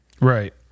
Right